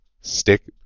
stick